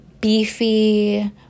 beefy